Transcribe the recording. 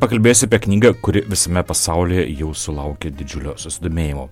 pakalbėsiu apie knygą kuri visame pasaulyje jau sulaukė didžiulio susidomėjimo